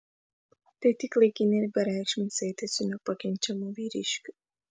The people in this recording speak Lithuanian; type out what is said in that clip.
tai tik laikini ir bereikšmiai saitai su nepakenčiamu vyriškiu